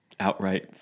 outright